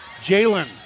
Jalen